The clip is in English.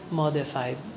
modified